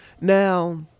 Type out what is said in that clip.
now